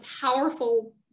powerful